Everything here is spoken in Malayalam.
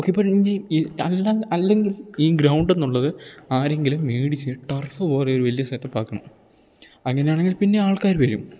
ഓക്കെ ഇപ്പം അല്ലെങ്കിൽ ഈ ഗ്രൗണ്ട് എന്നുള്ളത് ആരെങ്കിലും മേടിച്ച് ടർഫ് പോലെ ഒരു വലിയ സെറ്റപ്പ് ആക്കണം അങ്ങനെയാണെങ്കിൽ പിന്നെയും ആൾക്കാർ വരും